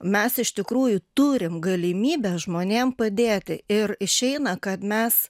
mes iš tikrųjų turim galimybę žmonėm padėti ir išeina kad mes